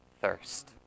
thirst